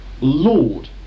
Lord